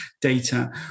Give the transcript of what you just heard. data